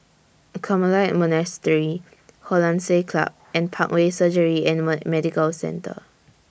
Carmelite Monastery Hollandse Club and Parkway Surgery and Medical Centre